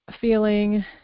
feeling